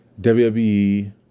WWE